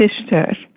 sister